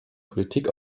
politik